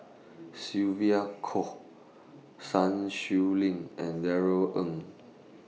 Sylvia Kho Sun Xueling and Darrell Ang